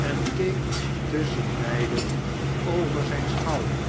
en keek tusschenbeide over zijn schouder